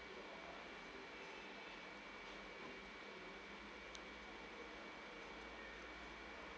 so